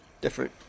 different